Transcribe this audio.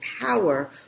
power